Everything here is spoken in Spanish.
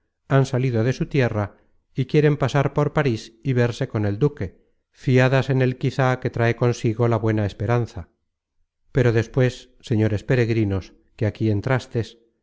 han salido de su tierra y quieren pasar por parís y verse con el duque fiadas en el quizá que trae consigo la buena esperanza pero despues señores peregrinos que aquí entrastes